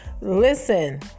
Listen